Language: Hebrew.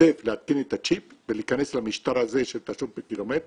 מתנדב להתקין את הצ'יפ ולהיכנס למשטר הזה של תשלום פר קילומטר,